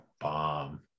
bomb